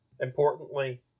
Importantly